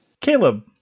Caleb